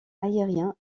aérien